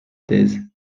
thèse